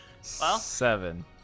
Seven